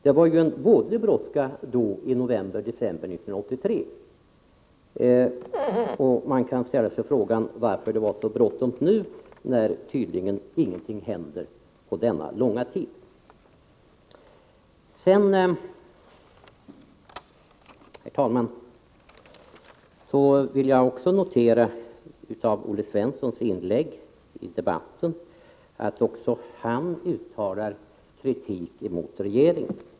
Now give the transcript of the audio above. Det var ju en vådlig brådska i november-december 1983, men man kan ställa sig frågan varför det var så bråttom i det nu aktuella sammanhanget, när ingenting tydligen hände under denna långa tid. Herr talman! Jag noterar att Olle Svenssons inlägg i debatten ger vid handen att också han uttalar kritik emot regeringen.